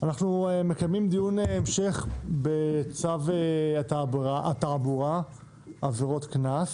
אנחנו מקיימים דיון המשך בצו התעבורה (עבירות קנס).